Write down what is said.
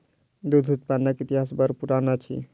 दूध उत्पादनक इतिहास बड़ पुरान अछि